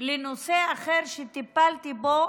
לנושא אחר, שטיפלתי בו